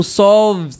solve